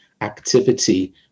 activity